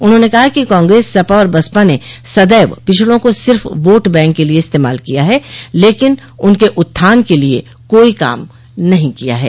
उन्होंने कहा कि कांग्रेस सपा और बसपा ने सदैव पिछड़ों को सिर्फ वोट बैंक के लिए इस्तेमाल किया है लेकिन उनके उत्थान के लिए कोई काम नहीं किया है